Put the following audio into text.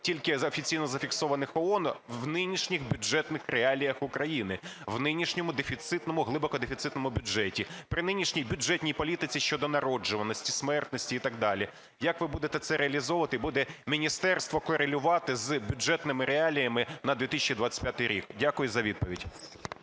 тільки офіційно зафіксованих ООН, в нинішніх бюджетних реаліях України, в нинішньому дефіцитному, глибоко дефіцитному бюджеті при нинішній бюджетній політиці щодо народжуваності, смертності і так далі? Як ви будете це реалізовувати і буде міністерство корелювати з бюджетними реаліями на 2025 рік? Дякую за відповідь.